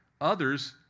others